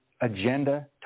Agenda